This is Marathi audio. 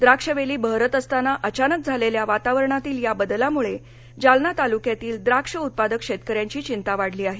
द्राक्षवेली बहरत असताना अचानक झालेल्या वातावरणातील या बदलामुळे जालना तालुक्यातील द्राक्ष उत्पादक शेतकऱ्यांची चिंता वाढली आहे